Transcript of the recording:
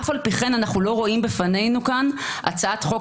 אף על פי כן אנחנו לא רואים בפנינו כאן הצעת חוק